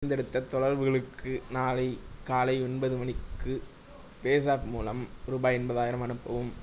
தேர்ந்தெடுத்த தொடர்புகளுக்கு நாளை காலை ஒன்பது மணிக்கு ஃபேஸாப் மூலம் ரூபாய் எண்பதாயிரம் அனுப்பவும்